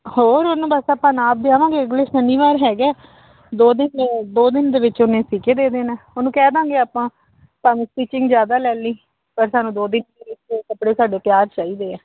ਹੋਰ ਉਹਨੂੰ ਬਸ ਆਪਾਂ ਨਾਪ ਦੇ ਆਵਾਂਗੇ ਅਗਲੇ ਸ਼ਨੀਵਾਰ ਹੈਗੇ ਦੋ ਦਿਨ ਦੋ ਦਿਨ ਦੇ ਵਿੱਚ ਉਹਨੇ ਸੀ ਕੇ ਦੇ ਦੇਣਾ ਉਹਨੂੰ ਕਹਿ ਦਾਂਗੇ ਆਪਾਂ ਭਾਵੇਂ ਸਟੀਚਿੰਗ ਜ਼ਿਆਦਾ ਲੈ ਲਈ ਪਰ ਸਾਨੂੰ ਦੋ ਦਿਨ ਦੇ ਵਿੱਚ ਕੱਪੜੇ ਸਾਡੇ ਤਿਆਰ ਚਾਹੀਦੇ ਆ